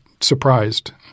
surprised